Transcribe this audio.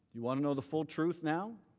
you want to know the full truth now?